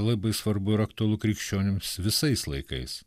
labai svarbu ir aktualu krikščionims visais laikais